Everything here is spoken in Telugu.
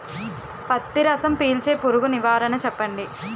పత్తి రసం పీల్చే పురుగు నివారణ చెప్పండి?